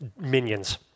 minions